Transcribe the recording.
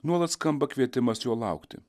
nuolat skamba kvietimas jo laukti